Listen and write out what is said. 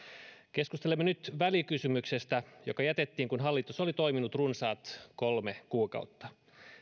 keskustelemme nyt välikysymyksestä joka jätettiin kun hallitus oli toiminut runsaat kolme kuukautta